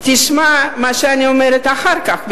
תשמע גם מה שאני אומרת אחר כך,